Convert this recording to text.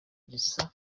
risa